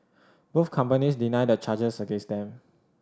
both companies deny the charges against them